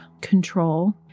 control